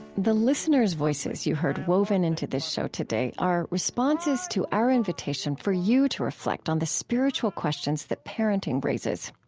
the listeners' voices you heard woven into this show today are responses to our invitation for you to reflect on the spiritual questions that parenting raises.